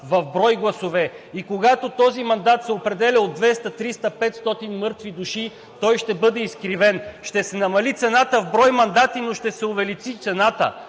в брой гласове. И когато този мандат се определя от 200, 300, 500 мъртви души, той ще бъде изкривен. Ще се намали цената в брой мандати, но ще се увеличи цената.